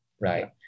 right